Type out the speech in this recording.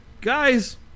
guys